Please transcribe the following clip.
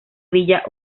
villa